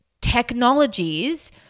technologies